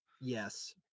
Yes